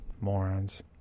Morons